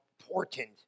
important